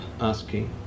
asking